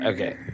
Okay